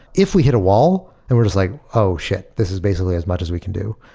if we hit a wall and we're just like, oh, shit! this is basically as much as we can do.